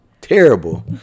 terrible